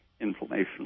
inflammation